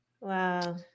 wow